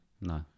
No